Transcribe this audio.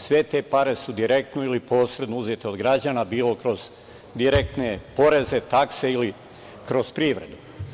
Sve te pare su direktno ili posredno uzete od građana, bilo kroz direktne poreze, takse ili kroz privredu.